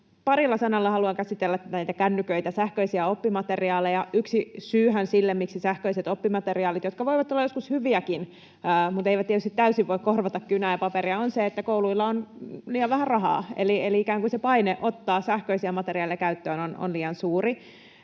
Parilla sanalla haluan käsitellä näitä kännyköitä, sähköisiä oppimateriaaleja. Yksi syyhän siihen, miksi sähköiset oppimateriaalit, jotka voivat olla joskus hyviäkin mutta eivät tietysti täysin voi korvata kynää ja paperia, on se, että kouluilla on liian vähän rahaa eli ikään kuin se paine ottaa sähköisiä materiaaleja käyttöön on liian suuri.